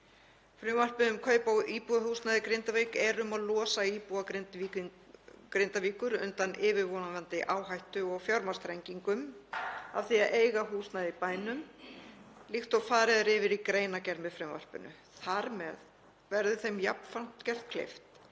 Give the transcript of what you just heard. Frumvarpið um kaup á íbúðarhúsnæði í Grindavík er um að losa íbúa Grindavíkur undan yfirvofandi áhættu og fjármagnsþrengingum af því að eiga húsnæði í bænum líkt og farið er yfir í greinargerð með frumvarpinu. Þar með verður þeim jafnframt gert kleift